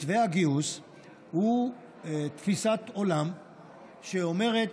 מתווה הגיוס הוא תפיסת עולם שאומרת: